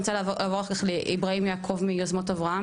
אני רוצה לעבור אחר לאיברהים יעקוב מיוזמות אברהם,